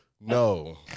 No